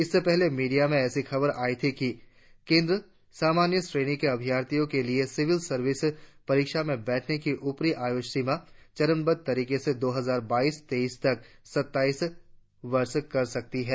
इससे पहले मीडिया में ऎसी खबरें आई थी कि केन्द्र सामान्य श्रेणी के अभ्यर्थियों के लिए सिविल सर्विस परीक्षा में बैठने की ऊपरी आयु सीमा चरणबद्ध तरीके से दो हजार बाईस से तेईस तक सत्ताईस वर्ष कर सकता है